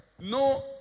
no